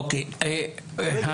אני